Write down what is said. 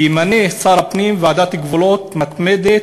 ימנה שר הפנים ועדת גבולות מתמדת,